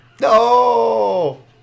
No